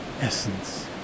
essence